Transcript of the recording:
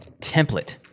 template